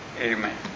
amen